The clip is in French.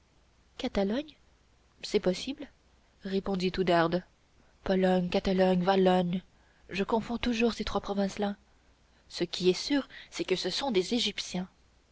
catalogne catalogne c'est possible répondit oudarde pologne catalogne valogne je confonds toujours ces trois provinces là ce qui est sûr c'est que ce sont des égyptiens